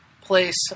place